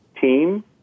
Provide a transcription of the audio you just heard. team